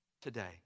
today